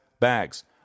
bags